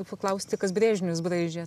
paklausti kas brėžinius braižė